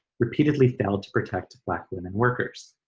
repeatedly failed to protect black women workers.